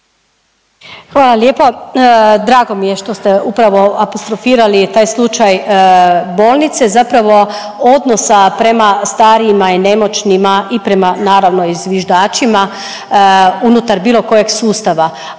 Hvala lijepa. Drago mi je što ste upravo apostrofirali taj slučaj bolnice, zapravo odnosa prema starijima i nemoćnima i prema naravno i zviždačima unutar bilo kojeg sustava.